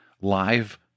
live